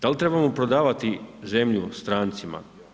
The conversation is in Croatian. Da li trebamo prodavati zemlju strancima?